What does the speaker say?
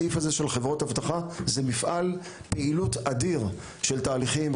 רק הסעיף הזה של חברות האבטחה זה מפעל פעילות אדיר של תהליכים,